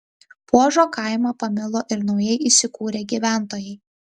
puožo kaimą pamilo ir naujai įsikūrę gyventojai